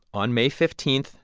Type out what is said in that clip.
on may fifteen,